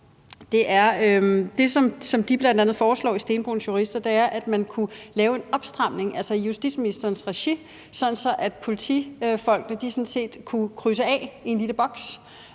Jurister bl.a. foreslår. De foreslår, at man kunne lave en opstramning i justitsministerens regi, sådan at politifolkene sådan set kunne krydse af i en lille boks,